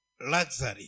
luxury